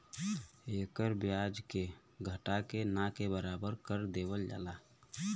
एकर ब्याज के घटा के ना के बराबर कर देवल जाला